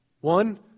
one